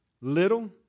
little